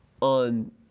on